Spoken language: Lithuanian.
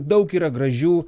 daug yra gražių